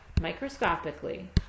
microscopically